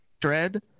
Dread